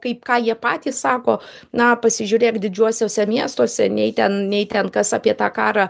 kaip ką jie patys sako na pasižiūrėk didžiuosiuose miestuose nei ten nei ten kas apie tą karą